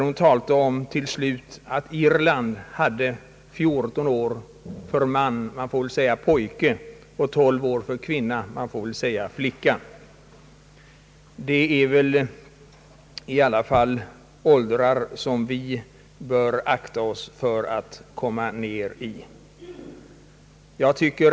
Hon nämnde till slut att Irland hade en äktenskapsålder av 14 år för man — man får väl säga pojke — och 12 år för kvinna — man får väl säga flicka. Detta är väl ändå åldrar som vi bör akta oss för att komma ner till.